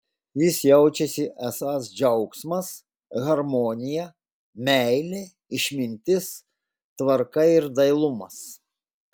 jis jaučiasi esąs džiaugsmas harmonija meilė išmintis tvarka ir dailumas